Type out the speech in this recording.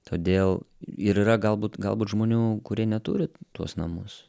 todėl yra ir galbūt galbūt žmonių kurie neturi tuos namus